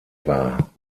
war